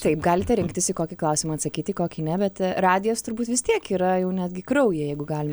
taip galite rinktis į kokį klausimą atsakyt į kokį ne bet radijas turbūt vis tiek yra jau netgi kraują jeigu galim